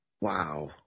Wow